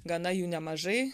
gana jų nemažai